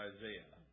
Isaiah